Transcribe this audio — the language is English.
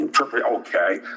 Okay